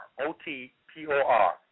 O-T-P-O-R